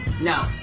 No